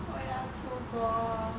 我要出国